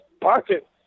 pocket